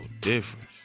difference